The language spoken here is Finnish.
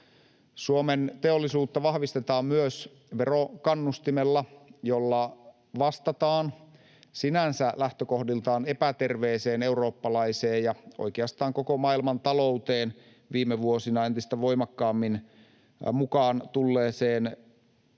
Suomen teollisuutta vahvistetaan myös verokannustimella, jolla vastataan sinänsä lähtökohdiltaan epäterveeseen eurooppalaiseen ja oikeastaan koko maailmantalouteen viime vuosina entistä voimakkaammin mukaan tulleeseen